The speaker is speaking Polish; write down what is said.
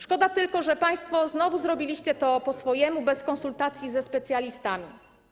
Szkoda tylko, że państwo znowu zrobiliście to po swojemu, bez konsultacji ze specjalistami.